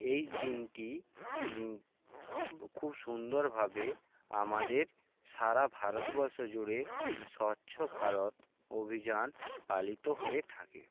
এই দিনটি খুব সুন্দরভাবে আমাদের সারা ভারতবর্ষ জুড়ে স্বচ্ছ ভারত অভিযান পালিত হয়ে থাকে